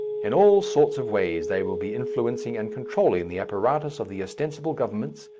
in all sorts of ways they will be influencing and controlling the apparatus of the ostensible governments,